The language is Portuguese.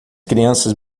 crianças